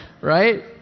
Right